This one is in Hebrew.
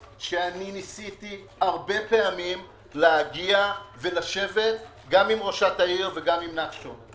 ניסיתי פעמים רבות לשבת גם עם ראשת העיר וגם עם נחשון.